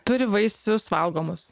turi vaisius valgomus